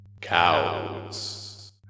cows